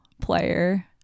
player